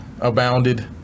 abounded